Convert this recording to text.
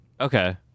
okay